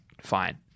fine